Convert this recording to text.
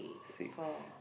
six